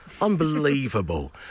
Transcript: Unbelievable